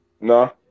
No